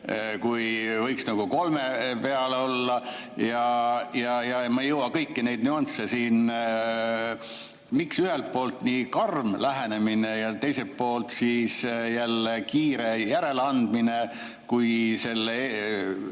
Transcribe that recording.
kui võiks kolm olla. Ma ei jõua kõiki neid nüansse siin ... Miks ühelt poolt nii karm lähenemine ja teiselt poolt jälle kiire järeleandmine, kui selle